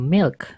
Milk